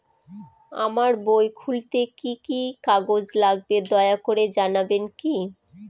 আমার বই খুলতে কি কি কাগজ লাগবে দয়া করে জানাবেন কি?